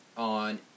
on